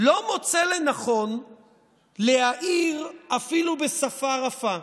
לא מוצא לנכון להעיר אפילו בשפה רפה,